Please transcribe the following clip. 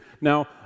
Now